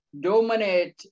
dominate